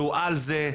שהוא על זה,